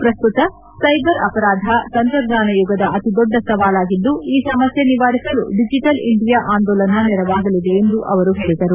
ಪ್ರಸ್ತುತ ಸೈಬರ್ ಅಪರಾಧ ತಂತ್ರಜ್ಞಾನ ಯುಗದ ಅತಿದೊಡ್ಡ ಸವಾಲಾಗಿದ್ದು ಈ ಸಮಸ್ತೆ ನಿವಾರಿಸಲು ಡಿಜೆಟಲ್ ಇಂಡಿಯಾ ಆಂದೋಲನ ನೆರವಾಗಲಿದೆ ಎಂದು ಅವರು ಹೇಳಿದರು